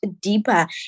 deeper